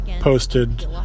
posted